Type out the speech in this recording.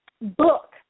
Book